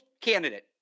candidate